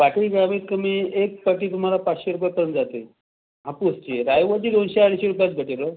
पाटी कमीत कमी एक पाटी तुम्हाला पाचशे रुपयापर्यंत जाते हापूसची रायवळची दोनशे अडीचशे रुपयात भेटेल हो